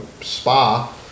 spa